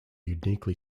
uniquely